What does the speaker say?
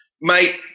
Mate